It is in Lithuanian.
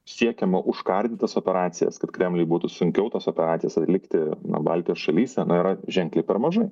siekiama užkardyt tas operacijas kad kremliui būtų sunkiau tas operacijas atlikti na baltijos šalyse na yra ženkliai per mažai